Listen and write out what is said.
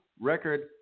record